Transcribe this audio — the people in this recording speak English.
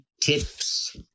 tips